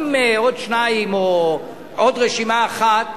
עם עוד שתיים או עם עוד רשימה אחת,